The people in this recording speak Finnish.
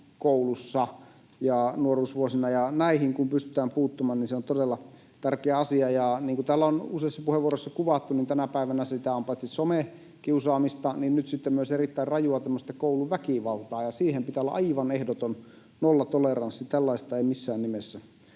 koulussa ja nuoruusvuosina. Näihin kun pystytään puuttumaan, niin se on todella tärkeä asia. Niin kuin täällä on useissa puheenvuoroissa kuvattu, niin tänä päivänä on paitsi some-kiusaamista niin nyt sitten myös erittäin rajua tämmöistä kouluväkivaltaa, ja siihen pitää olla aivan ehdoton nollatoleranssi. Tällaista ei missään nimessä